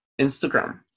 Instagram